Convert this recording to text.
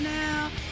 now